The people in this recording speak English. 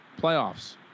playoffs